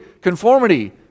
conformity